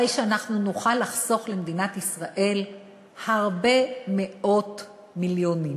הרי שאנחנו נוכל לחסוך למדינת ישראל הרבה מאות מיליונים,